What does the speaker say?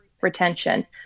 retention